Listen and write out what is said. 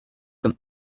comme